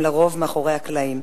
והם לרוב מאחורי הקלעים.